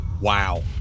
Wow